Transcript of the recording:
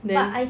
then